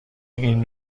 این